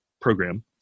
program